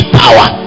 power